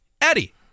Eddie